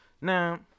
Now